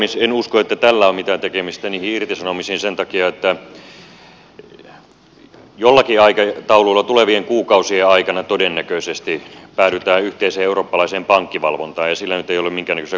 en usko että tällä on mitään tekemistä niiden irtisanomisten kanssa sen takia että jollakin aikataululla tulevien kuukausien aikana todennäköisesti päädytään yhteiseen eurooppalaiseen pankkivalvontaan ja sillä nyt ei ole minkäännäköisiä kustannusvaikutuksia